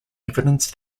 evidence